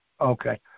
Okay